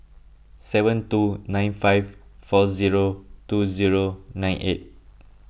seven two nine five four zero two zero nine eight